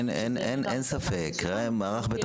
אין ספק, מערך בית